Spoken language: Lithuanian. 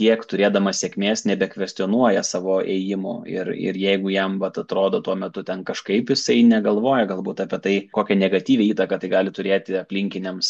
tiek turėdamas sėkmės nebekvestionuoja savo ėjimų ir ir jeigu jam vat atrodo tuo metu ten kažkaip jisai negalvoja galbūt apie tai kokią negatyvią įtaką tai gali turėti aplinkiniams